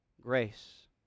grace